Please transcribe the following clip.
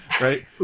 right